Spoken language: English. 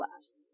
last